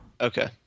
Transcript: okay